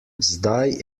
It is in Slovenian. zdaj